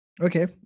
Okay